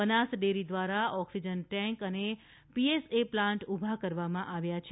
Banas dairy દ્વારા oxygen tank અને PSA plant ઉભા કરવામાં આવ્યા છે